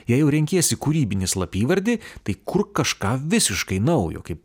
jei jau renkiesi kūrybinį slapyvardį tai kurk kažką visiškai naujo kaip